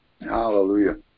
Hallelujah